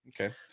Okay